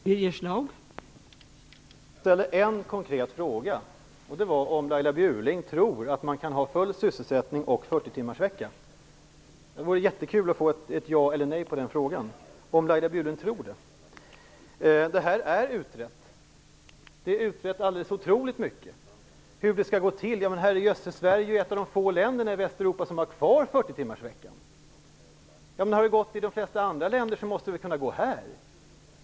Fru talman! Jag ställde en konkret fråga: Tror Laila Bjurling att man kan ha full sysselsättning och 40-timmarsvecka? Det vore roligt att få ett ja eller nej som svar på den frågan. Detta är utrett. Det är utrett alldeles otroligt mycket. Laila Bjurling undrar hur det skall gå till. Sverige är ju ett av de få länderna i Västeuropa som fortfarande har 40-timmarsvecka. Det har gått i de flesta andra länder, då måste det väl gå här.